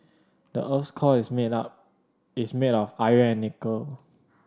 the earth's core is made up is made of iron and nickel